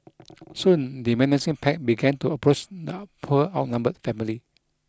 soon the menacing pack began to approach the poor outnumbered family